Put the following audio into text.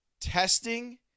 testing